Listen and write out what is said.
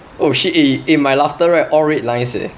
oh shit eh eh my laughter right all red lines eh